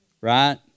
right